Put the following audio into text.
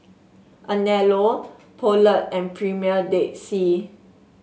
Anello Poulet and Premier Dead Sea